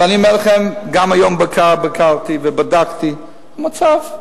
ואני אומר לכם, גם היום ביקרתי ובדקתי, המצב,